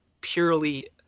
purely